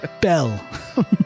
bell